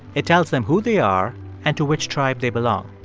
it tells them who they are and to which tribe they belong.